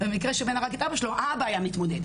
במקרה שהבן הרג את האבא שלו האבא היה מתמודד.